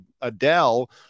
adele